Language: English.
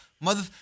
Mother